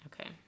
Okay